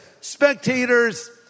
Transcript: Spectators